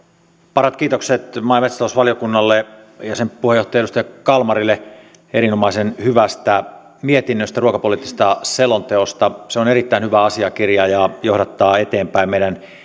parhaat kiitokset maa ja metsätalousvaliokunnalle ja ja sen puheenjohtajalle edustaja kalmarille erinomaisen hyvästä mietinnöstä ruokapoliittisesta selonteosta se on erittäin hyvä asiakirja ja johdattaa eteenpäin meidän